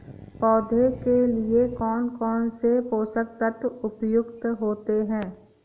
पौधे के लिए कौन कौन से पोषक तत्व उपयुक्त होते हैं?